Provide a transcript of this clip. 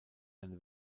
eine